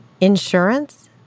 Insurance